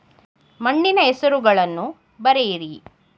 ಮಣ್ಣಿನ ಹೆಸರುಗಳನ್ನು ಬರೆಯಿರಿ